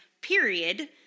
period